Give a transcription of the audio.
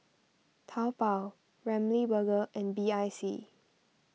Taobao Ramly Burger and B I C